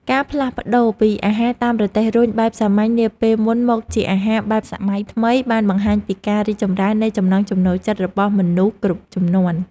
ការផ្លាស់ប្តូរពីអាហារតាមរទេះរុញបែបសាមញ្ញនាពេលមុនមកជាអាហារបែបសម័យថ្មីបានបង្ហាញពីការរីកចម្រើននៃចំណង់ចំណូលចិត្តរបស់មនុស្សគ្រប់ជំនាន់។